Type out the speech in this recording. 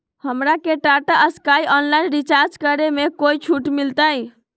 हमरा के Tata Sky online recharge करे में कोई छूट मिलतई